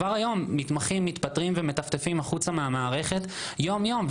כבר היום מתמחים מתפטרים ומטפטפים החוצה מהמערכת יום-יום,